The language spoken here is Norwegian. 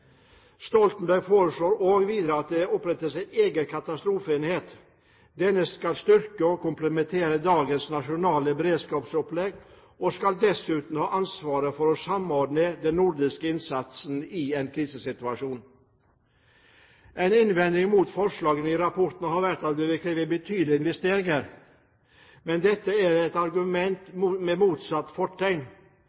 Stoltenberg foreslår videre at det opprettes en egen katastrofeenhet. Denne skal styrke og komplettere dagens nasjonale beredskapsopplegg og skal dessuten ha ansvaret for å samordne den nordiske innsatsen i en krisesituasjon. En innvending mot forslagene i rapporten har vært at det vil kreve betydelige investeringer. Men dette er et argument